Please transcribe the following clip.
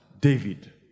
David